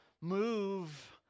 move